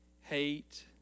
hate